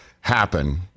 happen